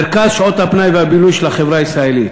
מרכז שעות הפנאי והבילוי של החברה הישראלית.